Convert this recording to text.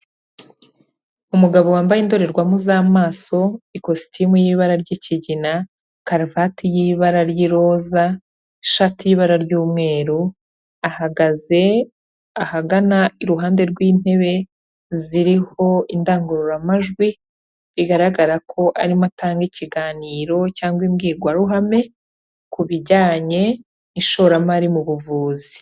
Umugabo wambaye indorerwamo z'amaso, ikositimu y'ibara ry'ikigina, karuvati y'ibara ry'iroza, ishati y'ibara ry'umweru. Ahagaze ahagana iruhande rw'intebe ziriho indangururamajwi, bigaragara ko arimo atanga ikiganiro cyangwa imbwirwaruhame ku bijyanye n'ishoramari mu buvuzi.